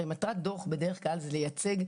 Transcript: הרי מטרת דוח בדרך כלל היא לייצג,